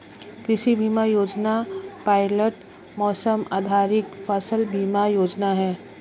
कृषि बीमा योजना पायलट मौसम आधारित फसल बीमा योजना है